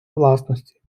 власності